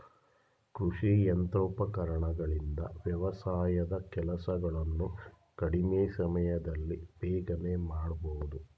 ಕೃಷಿ ಯಂತ್ರೋಪಕರಣಗಳಿಂದ ವ್ಯವಸಾಯದ ಕೆಲಸಗಳನ್ನು ಕಡಿಮೆ ಸಮಯದಲ್ಲಿ ಬೇಗನೆ ಮಾಡಬೋದು